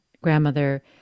grandmother